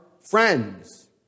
friends